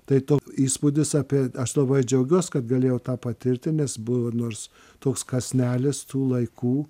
tai tok įspūdis apie aš labai džiaugiuos kad galėjau tą patirti nes buvo ir nors toks kąsnelis tų laikų